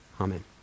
Amen